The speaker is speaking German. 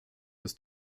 das